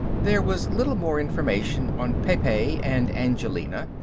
there was little more information on pepe and angelina,